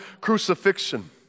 crucifixion